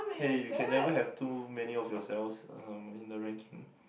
hey you can never have too many of yourselves um in the ranking